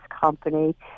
company